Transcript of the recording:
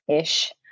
ish